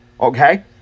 Okay